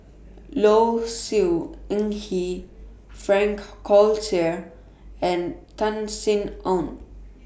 Low Siew Nghee Frank Cloutier and Tan Sin Aun